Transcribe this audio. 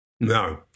No